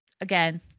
again